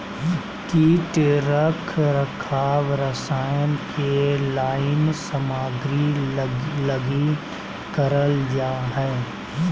कीट रख रखाव रसायन के लाइन सामग्री लगी करल जा हइ